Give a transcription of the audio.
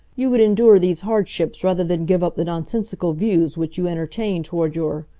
you would endure these hardships rather than give up the nonsensical views which you entertain toward your